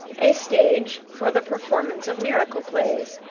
a stage for the performance of miracle plays,